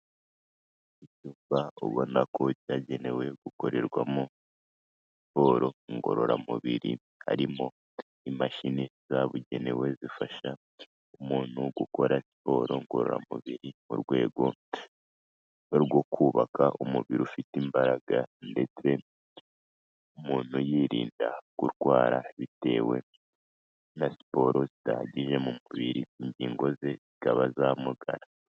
Icyumba ubona ko cyagenewe gukorerwamo siporo ngororamubiri, harimo imashini zabugenewe zifasha umuntu gukora siporo ngororamubiri, mu rwego rwo kubaka umubiri ufite imbaraga, ndetse umuntu yirinda kurwara bitewe na siporo zidahagije mu mubiri, ingingo ze zikaba zamugara.